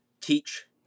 teach